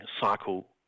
cycle